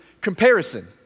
comparison